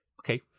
Okay